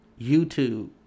YouTube